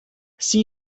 sie